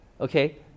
okay